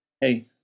hey